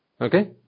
Okay